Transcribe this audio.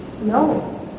No